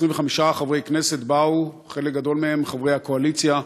25 חברי כנסת באו, חלק גדול מהם חברי הקואליציה.